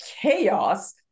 chaos